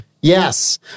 Yes